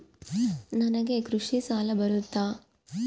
ನನಗೆ ಕೃಷಿ ಸಾಲ ಬರುತ್ತಾ?